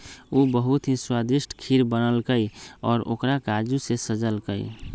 उ बहुत ही स्वादिष्ट खीर बनल कई और ओकरा काजू से सजल कई